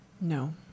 No